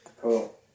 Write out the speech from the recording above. Cool